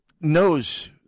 knows